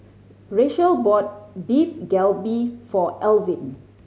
Rachael bought Beef Galbi for Alvin